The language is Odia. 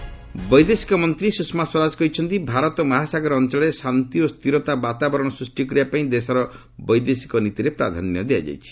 ସ୍ୱରାଜ ଇଣ୍ଡିଆନ୍ ଓସେନ୍ ବୈଦେଶିକ ମନ୍ତ୍ରୀ ସୁଷମା ସ୍ୱରାଜ କହିଛନ୍ତି ଭାରତ ମହାସାଗର ଅଞ୍ଚଳରେ ଶାନ୍ତି ଓ ସ୍ଥିରତା ବାତାବରଣ ସୃଷ୍ଟି କରିବା ପାଇଁ ଦେଶର ବୈଦେଶିକ ନୀତିରେ ପ୍ରାଧାନ୍ୟ ଦିଆଯାଇଛି